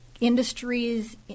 industries